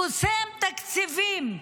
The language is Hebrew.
חוסם תקציבים,